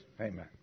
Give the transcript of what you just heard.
Amen